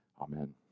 amen